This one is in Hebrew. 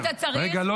היית צריך --- לא,